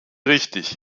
richtig